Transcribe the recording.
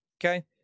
Okay